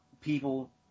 people